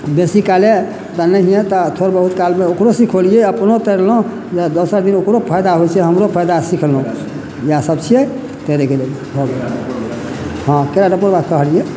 बेसी काले तऽ नहियै तऽ थोड़े बहुत कालमे ओकरो सिखोलियै अपनो तैरलहुॅं जे दोसर दिन ओकरो फायदा होइ छै हमरो फायदा सिखलहुॅं इएह सब छियै तैरैके लेल हँ केरा डपर बात कहलियै